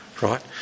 right